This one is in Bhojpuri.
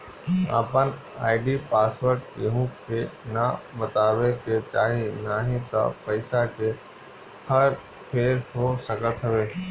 आपन आई.डी पासवर्ड केहू के ना बतावे के चाही नाही त पईसा के हर फेर हो सकत हवे